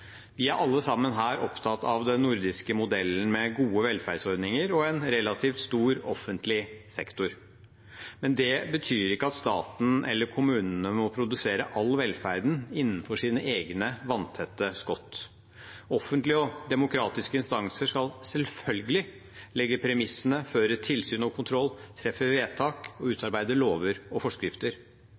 Vi er alle her opptatt av den nordiske modellen med gode velferdsordninger og en relativt stor offentlig sektor, men det betyr ikke at staten eller kommunene må produsere all velferden innenfor sine egne vanntette skott. Offentlige og demokratiske instanser skal selvfølgelig legge premissene, føre tilsyn og kontroll, treffe vedtak og utarbeide lover og forskrifter.